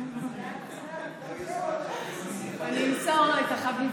אני לא מכירה.